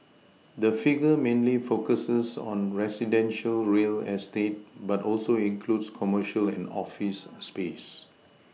the figure mainly focuses on residential real estate but also includes commercial and office space